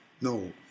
No